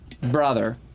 Brother